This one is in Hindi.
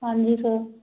हाँ जी सर